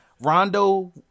Rondo